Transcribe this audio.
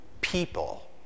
people